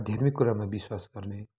आध्यात्मिक कुरामा विश्वास गर्ने